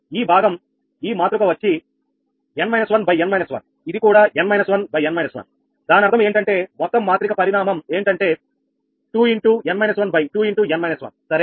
ఈ భాగం ఈ మాతృక వచ్చి 𝑛 − 1 ∗ 𝑛 − 1 ఇది కూడా 𝑛 − 1 ∗ 𝑛 − 1 దాని అర్థం ఏంటంటే మొత్తం మాత్రిక పరిణామం ఏమిటంటే 2𝑛 − 1 ∗ 2𝑛 − 1 సరేనా